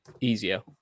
easier